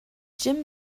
jim